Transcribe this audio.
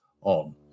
on